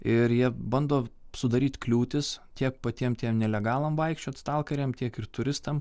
ir jie bando sudaryt kliūtis tiek patiem tiem nelegalam vaikščiot stalkeriam tiek ir turistam